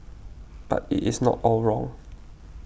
but it is not all wrong